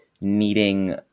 needing